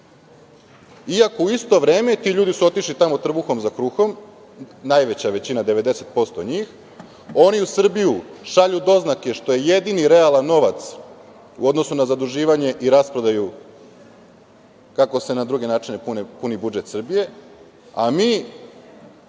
iako su u isto vreme ti ljudi otišli tamo trbuhom za kruhom, najveća većina, 90% njih. Oni su Srbiju šalju doznake, što je jedini realan novac u odnosu na zaduživanje i rasprodaju, kako se na drugi način puni budžet Srbije, a